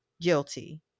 guilty